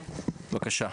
בבקשה.